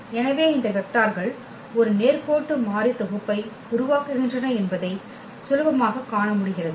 எனவே இந்த வெக்டார்கள் ஒரு நேர்கோட்டு மாறி தொகுப்பை உருவாக்குகின்றன என்பதைக் சுலபமாக காணமுடிகிறது